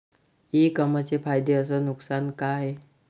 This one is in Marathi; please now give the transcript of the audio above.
इ कामर्सचे फायदे अस नुकसान का हाये